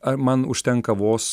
ar man užtenka vos